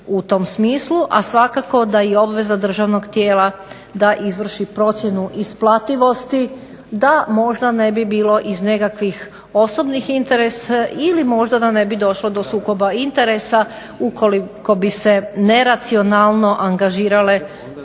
u tom smislu a svakako da je obveza državnog tijela da izvrši procjenu isplativosti da možda ne bi bilo iz nekakvih osobnih interesa, ili da ne bi došlo do sukoba interesa ukoliko bi se neracionalno angažirale